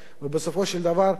ובסופו של דבר,